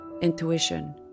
intuition